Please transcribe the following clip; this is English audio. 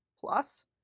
plus